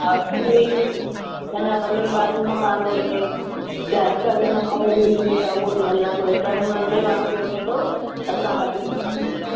न न भले ॿ रूम वारो हुजे या हिक रूम वारो बि हुजे त उहो बि हलंदो हिक रूम रंधिणे वारो बि हलंदो असां